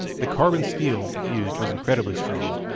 the carbon steel used was incredibly strong,